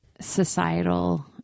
societal